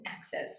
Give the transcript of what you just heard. access